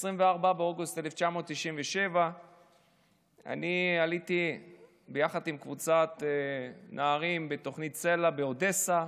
24 באוגוסט 1997. אני עליתי ביחד עם קבוצת נערים בתוכנית סל"ע באודסה,